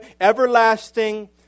everlasting